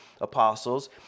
apostles